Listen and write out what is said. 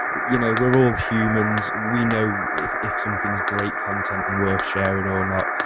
you know we're all humans, we know if if something's great content and worth sharing or not.